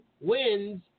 wins